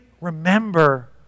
remember